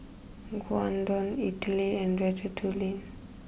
Gyudon Idili and Ratatouille